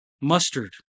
Mustard